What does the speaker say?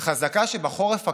חזקה שבחורף הקרוב,